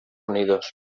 unidos